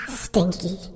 stinky